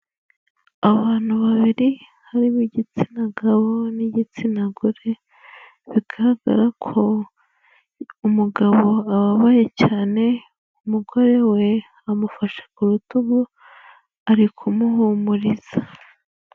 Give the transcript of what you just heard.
Abantu babiri, harimo igitsina gabo n'igitsina gore, bigaragara ko umugabo ababaye cyane, umugore we amufashe ku rutugu ari kumuhumuriza.